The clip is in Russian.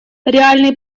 реальный